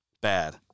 Bad